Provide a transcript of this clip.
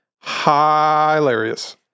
Hilarious